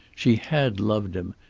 she had loved him,